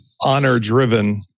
honor-driven